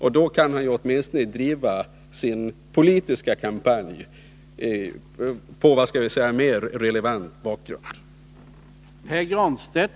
Och då kan han åtminstone driva sin politiska kampanj mot mer relevant bakgrund.